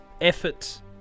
effort